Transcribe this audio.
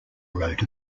wrote